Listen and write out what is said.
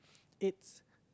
it's